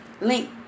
link